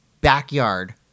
backyard